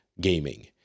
gaming